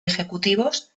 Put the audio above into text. ejecutivos